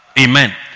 Amen